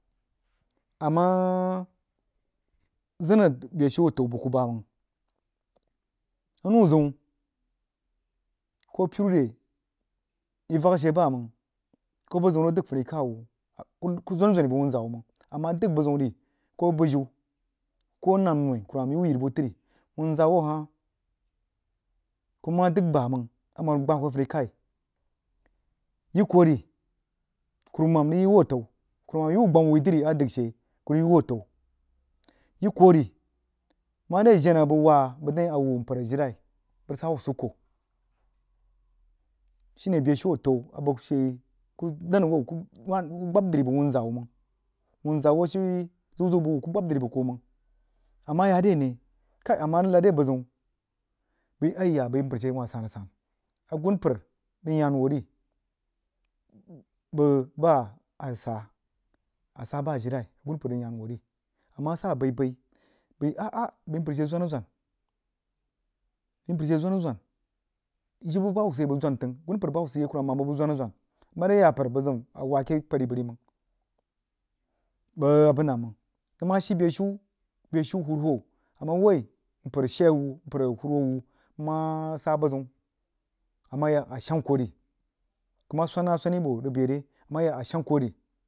Ama zənah bashin ata’u bəg kuh bamang anou zəuni koh piru ve yi vak ashe bamang koh buh zəun rig dəg fun-khaw hah kuh zwan zwani bəg whunzah wuh mang awa dəg buziu ri koh bəyiu koh a nam noi kurumam yo wuh yivibhh tri wunzah whuh ahah kuh mah dəg bamang amaru gbah khih afuni-lahai yi kuh ri kurumam rig yi wuh ata’u kurumam yi təu whu-dri yi kuh ri mare jenah bəg wag bəg dang whn a wuh npər ajilai bəg rig sah wuh sikko shine beshu sta’u a bəg she kuh nan awon whh gbab dri bəg whunzah wuh mang whunzah whh a shi zəu zəu bəg wuh kul gbib dri bəg kuu mang ama yare neh kai ama rig kad re buziu bəi ah yal mpər she bəi wah san-asan agunpər rig yaan wuh ri bəg baah a rig sah a sah ajilai agumpər rig yan wuh ri amah sah abai-bai bəi ah ah bəi npər she zwana-zwan bəi mpər she zwan-zwan jibə bah hubbi sid yai bəg ʒwan təng agunpər bi hubbi sid yai karuman maam bəg bəg zwanah-zwan mare yapər bəg zəm awah ake pər bəg ri mang bəg abin nnang mang bəg mah shi beshiu usruhu a woi npər shee wuh npər a huruhou wuh mah sah buh zəun ayak ayah shay koo vi kuh mah swan nah swani boh rig bəi re ama yak a yah shang kuh ri.